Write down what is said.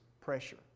pressure